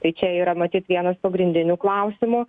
tai čia yra matyt vienas pagrindinių klausimų